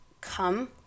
come